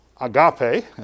agape